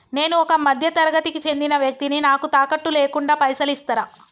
నేను ఒక మధ్య తరగతి కి చెందిన వ్యక్తిని నాకు తాకట్టు లేకుండా పైసలు ఇస్తరా?